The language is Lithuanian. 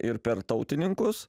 ir per tautininkus